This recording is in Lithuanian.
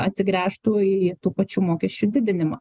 atsigręžtų į tų pačių mokesčių didinimą